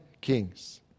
kings